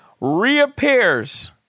reappears